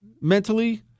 mentally